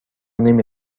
نمی